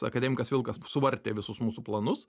akademikas vilkas suvartė visus mūsų planus